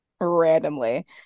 randomly